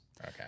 Okay